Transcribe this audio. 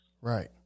Right